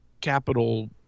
capital